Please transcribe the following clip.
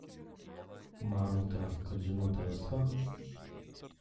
manote kad žinote viską